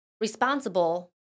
responsible